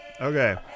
Okay